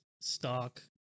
stock